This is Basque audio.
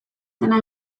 dena